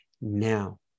Now